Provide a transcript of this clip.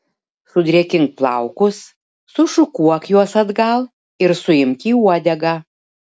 sudrėkink plaukus sušukuok juos atgal ir suimk į uodegą